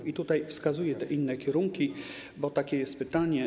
I tutaj wskazuję te inne kierunki, bo takie jest pytanie.